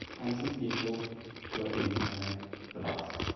and some people who are inside the bus.